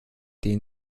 denen